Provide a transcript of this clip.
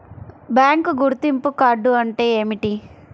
Bank గుర్తింపు card అంటే ఏమిటి?